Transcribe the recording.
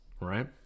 right